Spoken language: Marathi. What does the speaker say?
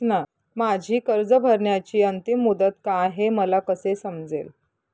माझी कर्ज भरण्याची अंतिम मुदत काय, हे मला कसे समजेल?